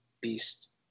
Beast